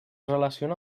relaciona